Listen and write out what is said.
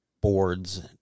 boards